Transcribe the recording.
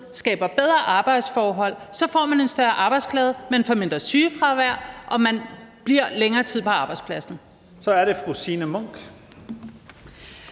skaber bedre arbejdsforhold, så får man en større arbejdsglæde, man får mindre sygefravær og man bliver længere tid på arbejdspladsen. Kl. 20:48 Første